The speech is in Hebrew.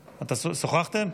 שוחחתם?